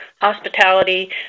hospitality